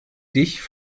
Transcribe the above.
dich